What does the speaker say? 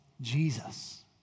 Jesus